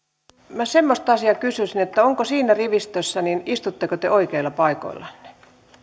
minä semmoista asiaa kysyisin että siinä rivistössä istutteko te oikeilla paikoillanne